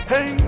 Hey